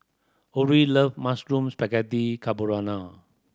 Orrie love Mushroom Spaghetti Carbonara